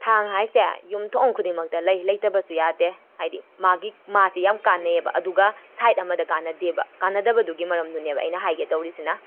ꯊꯥꯡ ꯍꯥꯏꯁꯦ ꯌꯨꯝꯊꯣꯡ ꯈꯨꯗꯤꯡꯃꯛꯇ ꯂꯩ ꯂꯩꯇꯕꯁꯨ ꯌꯥꯗꯦ ꯍꯥꯏꯗꯤ ꯃꯥꯒꯤ ꯃꯥꯁꯦ ꯌꯥꯝ ꯀꯥꯟꯅꯩꯌꯦꯕ ꯑꯗꯨꯒ ꯁꯥꯏꯠ ꯑꯃꯗ ꯀꯥꯟꯅꯗꯦꯕ ꯀꯥꯟꯅꯗꯕꯗꯨꯒꯤ ꯃꯔꯝꯗꯨꯅꯦꯕ ꯑꯩꯅ ꯍꯥꯏꯒꯦ ꯇꯧꯔꯤꯁꯤꯅ